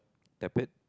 tablet